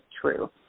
true